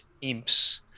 Imps